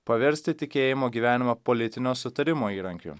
paversti tikėjimo gyvenimą politinio sutarimo įrankiu